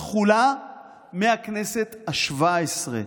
תחולה מהכנסת השבע-עשרה,